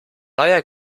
neuer